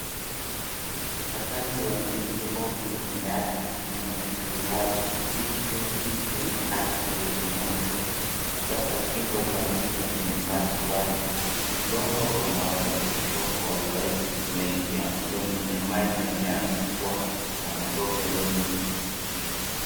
Ukataji wa miti ovyo umewacha maeneo hili wazi. Miti mingi ikiwa ie katwa karibu na mto na sasa kingo za mto zimebaki wazi. Udongo unao safishwa kwa urahisi unaingia mtoni na maji yameanza kuwa na matope mengi.